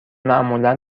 معمولا